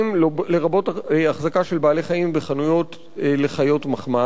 לרבות החזקה של בעלי-חיים בחנויות לחיות מחמד,